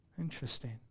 interesting